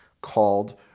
called